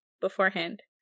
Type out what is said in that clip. beforehand